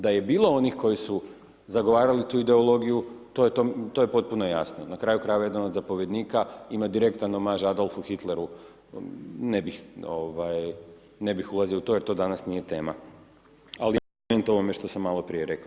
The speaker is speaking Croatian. Da je bilo onih koji su zagovarali tu ideologiju, to je potpuno jasno, na kraju krajeva jedan od zapovjednika ima direktan amaž Adolfu Hitleru, ne bih ulazio u to jer to danas nije tema, ali argument ovome što sam malo prije rekao.